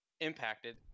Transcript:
impacted